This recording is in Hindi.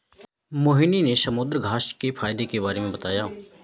मोहिनी ने समुद्रघास्य के फ़ायदे के बारे में बताया